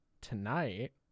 tonight